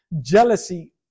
jealousy